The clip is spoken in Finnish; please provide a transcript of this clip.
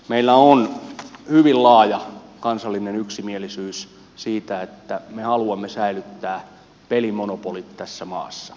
meillä on hyvin laaja kansallinen yksimielisyys siitä että me haluamme säilyttää pelimonopolit tässä maassa